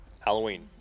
Halloween